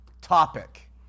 topic